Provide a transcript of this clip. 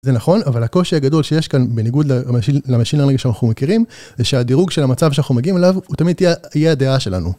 זה נכון, אבל הקושי הגדול שיש כאן בניגוד למשין לרנינג שאנחנו מכירים, זה שהדירוג של המצב שאנחנו מגיעים אליו הוא תמיד יהיה הדעה שלנו.